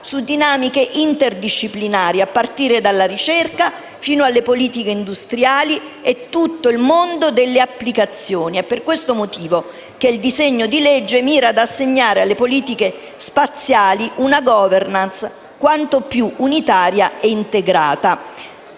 su dinamiche interdisciplinari: a partire dalla ricerca, fino alle politiche industriali e tutto il mondo delle applicazioni. È per questo motivo che il disegno di legge mira ad assegnare alle politiche spaziali una *governance* quanto più unitaria e integrata.